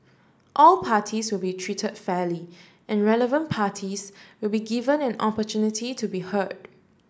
all parties will be treated fairly and relevant parties will be given an opportunity to be heard